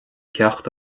ceacht